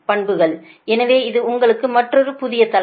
பண்புகள் எனவே இது உங்களுக்கான மற்றொரு புதிய தலைப்பு